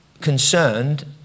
concerned